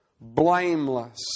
Blameless